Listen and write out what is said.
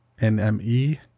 NME